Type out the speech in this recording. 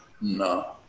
No